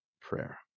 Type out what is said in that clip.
prayer